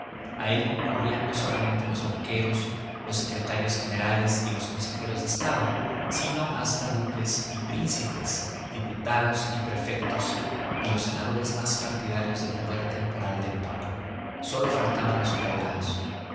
a él concurrían no solamente los banqueros los secretarios generales y los consejeros de estado sino hasta duques y príncipes diputados y prefectos y los senadores más partidarios del poder temporal del papa sólo faltaban los prelados